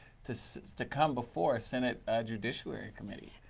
to so to come before a senate ah judiciary committee.